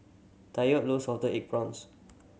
Tyrek love salted egg prawns